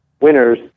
winners